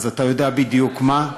אז אתה יודע בדיוק מה.